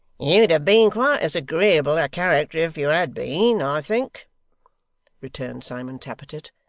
you'd have been quite as agreeable a character if you had been, i think returned simon tappertit,